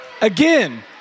Again